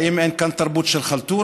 האם אין כאן תרבות של חלטורה?